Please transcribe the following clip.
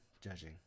Judging